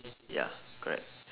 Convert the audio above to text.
ya correct